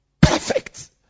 perfect